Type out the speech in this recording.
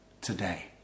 today